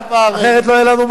אחרת לא יהיה לנו מה לעשות.